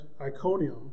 Iconium